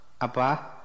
Apa